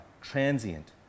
transient